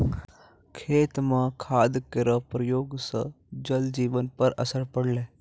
खेत म खाद केरो प्रयोग सँ जल जीवन पर असर पड़लै